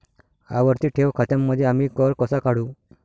आवर्ती ठेव खात्यांमध्ये आम्ही कर कसा काढू?